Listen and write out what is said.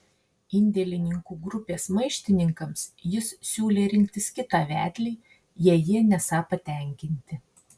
indėlininkų grupės maištininkams jis siūlė rinktis kitą vedlį jei jie nesą patenkinti